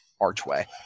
archway